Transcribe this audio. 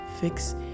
fix